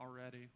already